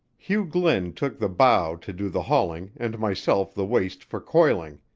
hugh glynn took the bow to do the hauling and myself the waist for coiling,